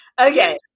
Okay